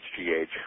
HGH